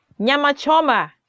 Nyamachoma